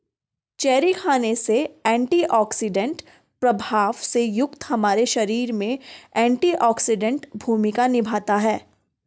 cherry खाने से antioxidant प्रभाव से युक्त हमारे शरीर में एंटीऑक्सीडेंट भूमिका निभाता है